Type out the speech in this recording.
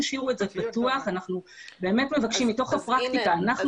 אנחנו באמת מבקשים מתוך הפרקטיקה אל תשאירו את זה פתוח.